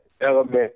element